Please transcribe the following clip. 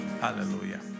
Hallelujah